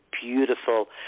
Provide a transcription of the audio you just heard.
beautiful